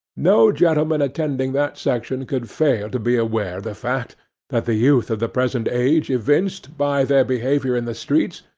no gentleman attending that section could fail to be aware the fact that the youth of the present age evinced, by their behaviour in the streets,